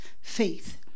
faith